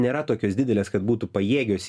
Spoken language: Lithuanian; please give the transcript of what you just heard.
nėra tokios didelės kad būtų pajėgios